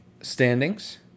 standings